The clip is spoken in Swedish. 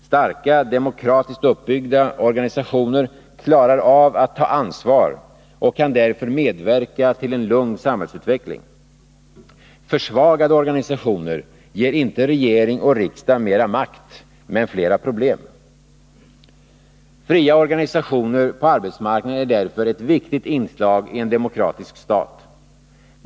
Starka, demokratiskt uppbyggda organisatio ner klarar av att ta ansvar och kan därför medverka till en lugn samhällsutveckling. Försvagade organisationer ger inte regering och riksdag mera makt — men flera problem. Fria organisationer på arbetsmarknaden är därför ett viktigt inslag i en demokratisk stat.